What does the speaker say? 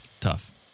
Tough